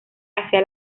hacia